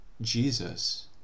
Jesus